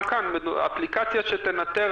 גם כאן, אפליקציה שתנטר